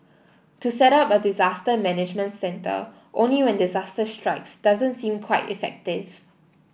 to set up a disaster management centre only when disaster strikes doesn't seem quite effective